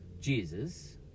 Jesus